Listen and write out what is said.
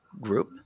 group